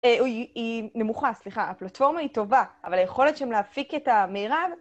היא נמוכה, סליחה, הפלטפורמה היא טובה, אבל היכולת שלהם להפיק את המירב...